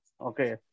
Okay